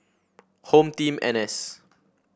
Home Team N S